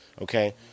okay